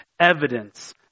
evidence